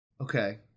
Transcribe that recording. Okay